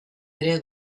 ere